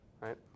Right